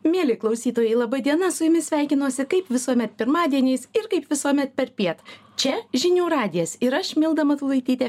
mieli klausytojai laba diena su jumis sveikinuosi kaip visuomet pirmadieniais ir kaip visuomet perpiet čia žinių radijas ir aš milda matulaitytė